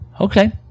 Okay